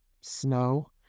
Snow